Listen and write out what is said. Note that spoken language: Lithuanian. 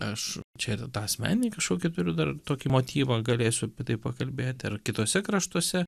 aš čia tą asmeninį kažkokį turiu dar tokį motyvą galėsiu tai pakalbėti ir kituose kraštuose